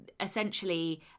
essentially